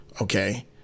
okay